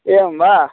एवं वा